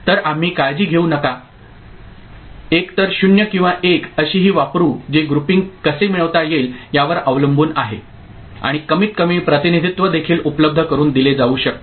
तर आम्ही काळजी घेऊ नका एकतर 0 किंवा 1 अशी हे वापरू जे ग्रुपिंग कसे मिळवता येईल यावर अवलंबून आहे आणि कमीतकमी प्रतिनिधित्व देखील उपलब्ध करुन दिले जाऊ शकते